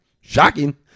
Shocking